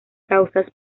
causas